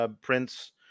Prince